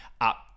up